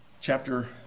Chapter